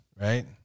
right